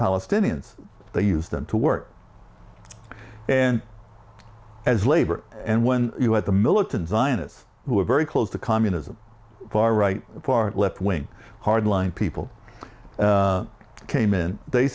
palestinians they used to work as labor and when you had the militant zionists who were very close to communism far right part left wing hardline people came in they